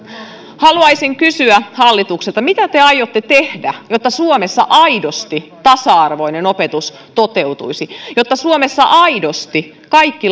haluaisin kysyä hallitukselta mitä te aiotte tehdä jotta suomessa aidosti tasa arvoinen opetus toteutuisi jotta suomessa aidosti kaikki